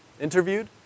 interviewed